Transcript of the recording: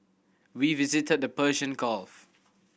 we visited the Persian Gulf